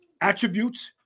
attributes